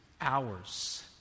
hours